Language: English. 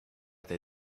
they